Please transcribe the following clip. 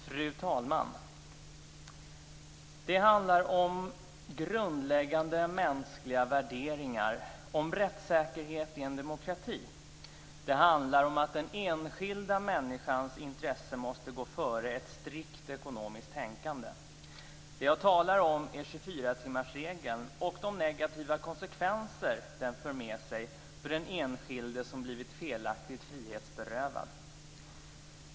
Fru talman! Det handlar om grundläggande mänskliga värderingar, om rättssäkerheten i en demokrati. Det handlar om att den enskilda människans intresse måste gå före ett strikt ekonomiskt tänkande. Det jag talar om är 24-timmarsregeln och de negativa konsekvenser den för med sig för den enskilde som blivit felaktigt frihetsberövad.